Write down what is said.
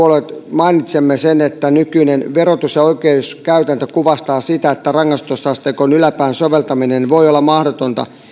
mainitsemme sen että nykyinen verotus ja oikeuskäytäntö kuvastavat sitä että rangaistusasteikon yläpään soveltaminen voi olla mahdotonta